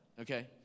Okay